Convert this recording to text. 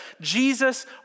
Jesus